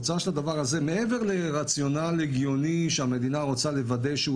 מעבר לרציונל ההגיוני שהמדינה רוצה לוודא שהוא